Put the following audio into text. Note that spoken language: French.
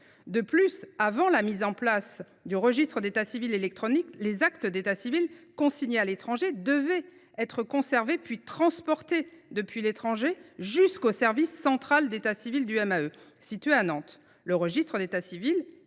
De plus, avant la mise en place du registre d’état civil électronique, les actes consignés à l’étranger devaient être conservés, puis transportés jusqu’au service central d’état civil du MEAE, à Nantes